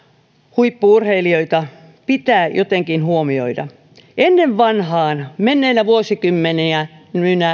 huippu urheilijoita pitää jotenkin huomioida ennen vanhaan menneinä vuosikymmeninä